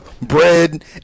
bread